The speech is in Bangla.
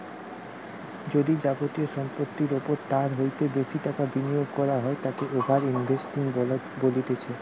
যদি যাবতীয় সম্পত্তির ওপর তার হইতে বেশি টাকা বিনিয়োগ করা হয় তাকে ওভার ইনভেস্টিং বলতিছে